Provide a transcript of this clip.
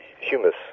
humus